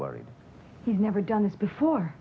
worried he's never done this before